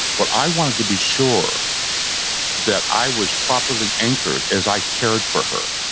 but i wanted to be sure that i was properly anchored as i cared for her.